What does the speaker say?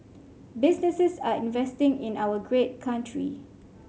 businesses are investing in our great country